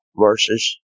verses